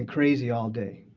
and crazy all day.